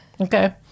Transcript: Okay